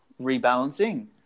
rebalancing